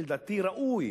כי לדעתי ראוי